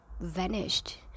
vanished